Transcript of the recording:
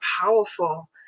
powerful